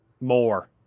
More